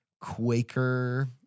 quaker